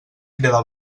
cridava